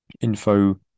info